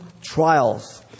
trials